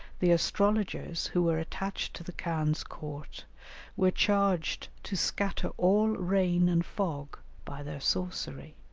the astrologers who were attached to the khan's court were charged to scatter all rain and fog by their sorcery,